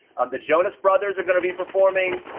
um the jonas brothers are gonna be performing,